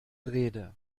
rede